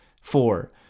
four